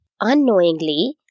Unknowingly